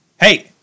Hey